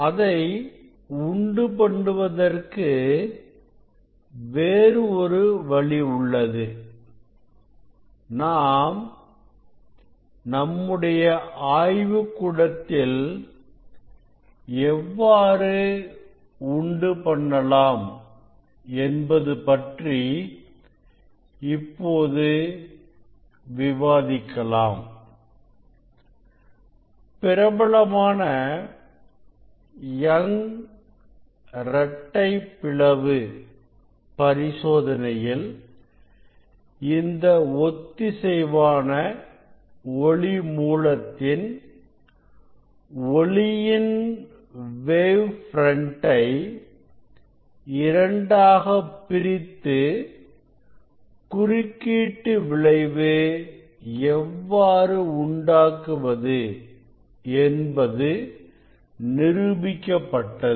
அதை உண்டு பண்ணுவதற்கு வேறு ஒரு வழி உள்ளது நாம் நம்முடைய ஆய்வுகூடத்தில் எவ்வாறு உண்டு பண்ணலாம் என்பது பற்றி இப்பொழுது விவாதிக்கலாம் பிரபலமான யங் இரட்டை பிளவு பரிசோதனையில் இந்த ஒத்திசைவான ஒளி மூலத்தின் ஒளியின் வேவ் பிரண்டை இரண்டாகப் பிரித்து குறுக்கீட்டு விளைவு எவ்வாறு உண்டாக்குவது என்பது நிரூபிக்கப்பட்டது